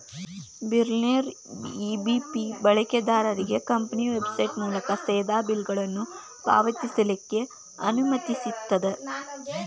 ಬಿಲ್ಲರ್ನೇರ EBP ಬಳಕೆದಾರ್ರಿಗೆ company website ಮೂಲಕಾ ಸೇದಾ ಬಿಲ್ಗಳನ್ನ ಪಾವತಿಸ್ಲಿಕ್ಕೆ ಅನುಮತಿಸ್ತದ